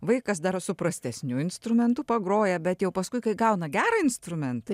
vaikas daro su prastesniu instrumentu pagroja bet jau paskui kai gauna gerą instrumentą